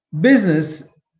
business